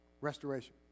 Restoration